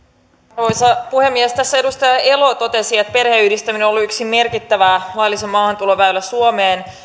arvoisa puhemies tässä edustaja elo totesi että perheenyhdistäminen on ollut yksi merkittävä laillisen maahantulon väylä suomeen